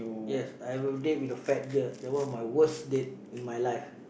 yes I have a date with a fat girl that one my worst date in my life